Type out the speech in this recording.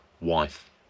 wife